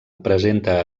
presenta